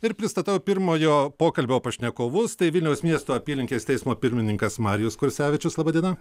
ir pristatau pirmojo pokalbio pašnekovus tai vilniaus miesto apylinkės teismo pirmininkas marijus kursevičius laba diena